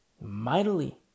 mightily